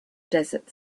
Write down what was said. desert